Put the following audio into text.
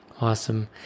Awesome